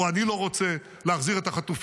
או אני לא רוצה להחזיר את החטופים,